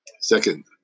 second